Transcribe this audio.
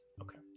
okay